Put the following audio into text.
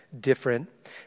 different